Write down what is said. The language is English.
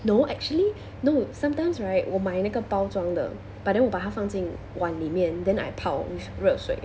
no actually no sometimes right 我买那个包装的 but then 我把它放进碗里面 then I 泡 with 热水